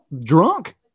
drunk